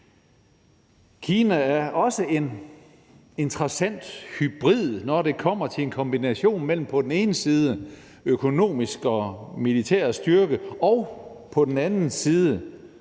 Kina er også en interessant hybrid, når det kommer til en kombination mellem på den ene side økonomisk og militær styrke og på den anden side